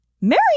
Mary